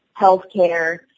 healthcare